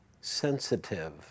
sensitive